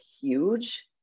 huge